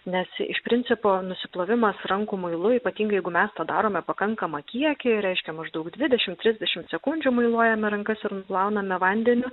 nes iš principo nusiplovimas rankų muilu ypatingai jeigu mes tą darome pakankamą kiekį reiškia maždaug dvidešim trisdešim sekundžių muiluojame rankas ir nuplauname vandeniu